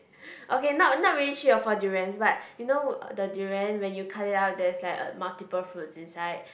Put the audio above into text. okay not not really three or four durians but you know uh the durian when you cut it out there's like uh multiple fruits inside